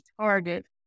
target